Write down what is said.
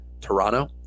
Toronto